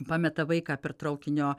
pameta vaiką per traukinio